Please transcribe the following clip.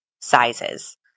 sizes